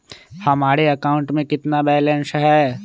हमारे अकाउंट में कितना बैलेंस है?